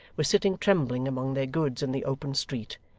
were sitting trembling among their goods in the open street,